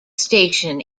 station